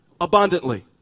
abundantly